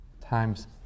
times